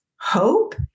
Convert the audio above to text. hope